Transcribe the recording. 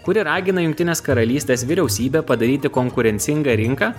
kuri ragina jungtinės karalystės vyriausybę padaryti konkurencingą rinką